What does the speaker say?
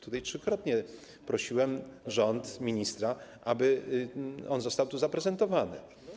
Trzykrotnie prosiłem rząd, ministra, aby on został tu zaprezentowany.